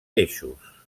eixos